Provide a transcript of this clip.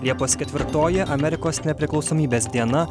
liepos ketvirtoji amerikos nepriklausomybės diena